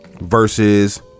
versus